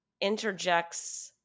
interjects